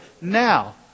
now